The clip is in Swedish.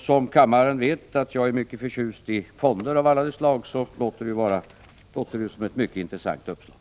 Som kammaren vet är jag mycket förtjust i fonder av alla slag, så det låter som ett mycket intressant uppslag.